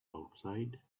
outside